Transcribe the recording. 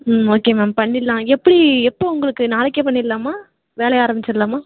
ம் okay ma'am பண்ணிரலாம் எப்படி எப்போ உங்களுக்கு நாளைக்கே பண்ணிரலாமா வேலையை ஆரம்பிச்சிரலாமா